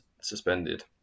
suspended